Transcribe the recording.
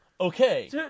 Okay